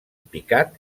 picat